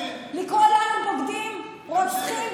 לקרוא לנו "בוגדים", "רוצחים"?